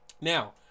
now